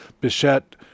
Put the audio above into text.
Bichette